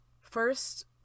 First